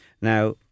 Now